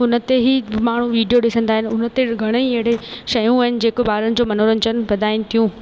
उन ते ई माण्हू वीडियो ॾिसंदा आहिनि उन ते घणेई अहिड़े शयूं आहिनि जेके ॿारनि जो मनोरंजन वधाइनि थियूं